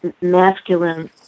masculine